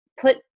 put